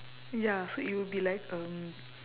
ya so it would be like um